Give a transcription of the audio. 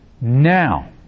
Now